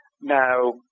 Now